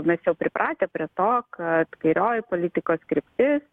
mes jau pripratę prie to kad kairioji politikos kryptis